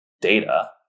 data